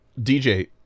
DJ